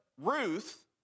Ruth